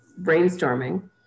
brainstorming